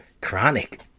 chronic